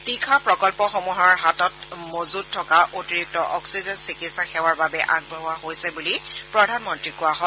তীখা প্ৰকল্পসমূহৰ হাতত মজৃত থকা অতিৰিক্ত অক্সিজেন চিকিৎসা সেৱাৰ বাবে আগবঢ়োৱা হৈছে বুলি প্ৰধানমন্ত্ৰীক কোৱা হয়